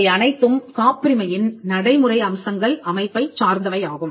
இவை அனைத்தும் காப்புரிமையின் நடைமுறை அம்சங்கள் அமைப்பைச் சார்ந்தவையாகும்